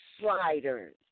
Sliders